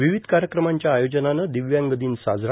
विविध कार्यक्रमांच्या आयोजनानं दिव्यांग दिन साजरा